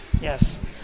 yes